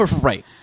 right